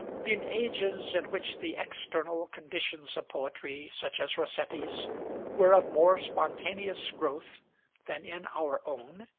been ages, in which the external conditions of poetry such as rossetti's were of more spontaneous growth than in our own?